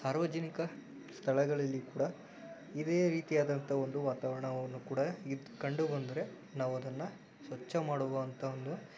ಸಾರ್ವಜನಿಕ ಸ್ಥಳಗಳಲ್ಲಿ ಕೂಡ ಇದೇ ರೀತಿಯಾದಂಥ ಒಂದು ವಾತಾವರಣವನ್ನು ಕೂಡ ಇದು ಕಂಡು ಬಂದರೆ ನಾವು ಅದನ್ನು ಸ್ವಚ್ಛ ಮಾಡುವಂಥ ಒಂದು